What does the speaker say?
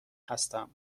هستم